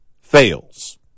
fails